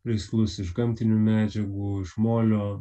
žaislus iš gamtinių medžiagų iš molio